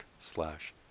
slash